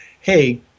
hey